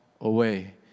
away